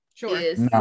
Sure